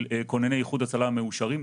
של כונני איחוד הצלה המאושרים,